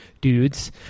dudes